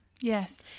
Yes